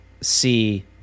see